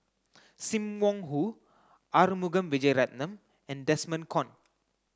Sim Wong Hoo Arumugam Vijiaratnam and Desmond Kon